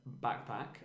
backpack